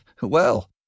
Well